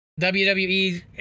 WWE